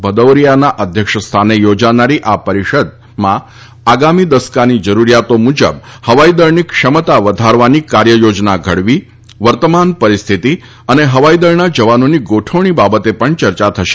ભદૌરીયાના અધ્યક્ષસ્થાને યોજાનારી આ પરિષદમાં આગામી દસકાની જરૂરિયાતો મુજબ હવાઈદળની ક્ષમતા વધારવાની કાર્યયોજના ઘડવી વર્તમાન પરિસ્થિતિ અને હવાઈદળના જવાનોની ગોઠવણી બાબતે પણ ચર્ચા થશે